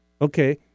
okay